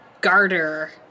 garter